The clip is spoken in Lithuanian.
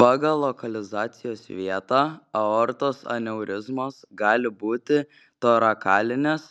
pagal lokalizacijos vietą aortos aneurizmos gali būti torakalinės